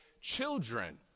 children